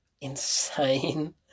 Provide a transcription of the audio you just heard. insane